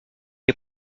est